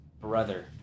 brother